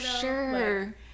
sure